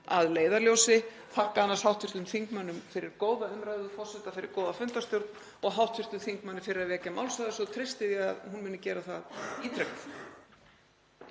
að leiðarljósi. Ég þakka annars hv. þingmönnum fyrir góða umræðu, forseta fyrir góða fundarstjórn og hv. þingmanni fyrir að vekja máls á þessu og treysti því að hún muni gera það ítrekað.